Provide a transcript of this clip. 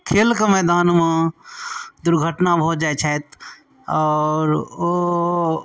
खेलके मैदानमे दुर्घटना भऽ जाइ छथि आओर ओ